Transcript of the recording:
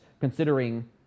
considering